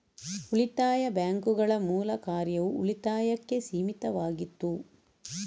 ಉಳಿತಾಯ ಬ್ಯಾಂಕುಗಳ ಮೂಲ ಕಾರ್ಯವು ಉಳಿತಾಯಕ್ಕೆ ಸೀಮಿತವಾಗಿತ್ತು